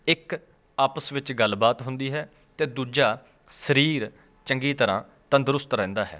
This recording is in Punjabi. ਇੱਕ ਆਪਸ ਵਿੱਚ ਗੱਲਬਾਤ ਹੁੰਦੀ ਹੈ ਅਤੇ ਦੂਜਾ ਸਰੀਰ ਚੰਗੀ ਤਰ੍ਹਾਂ ਤੰਦਰੁਸਤ ਰਹਿੰਦਾ ਹੈ